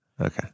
Okay